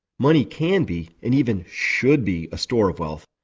money can be, and even should be, a store of wealth,